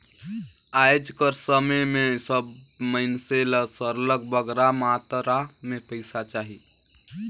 आएज कर समे में सब मइनसे ल सरलग बगरा मातरा में पइसा चाही